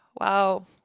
Wow